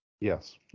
Yes